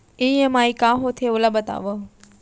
EMI का होथे, ओला बतावव